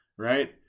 Right